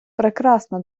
прекрасна